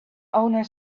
owner